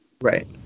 right